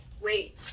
Wait